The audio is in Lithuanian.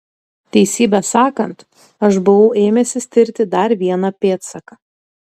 teisybę sakant aš buvau ėmęsis tirti dar vieną pėdsaką